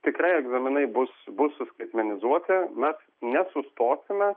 tikrai egzaminai bus bus suskaitmenizuoti mes nesustosime